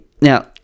Now